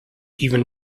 even